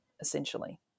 essentially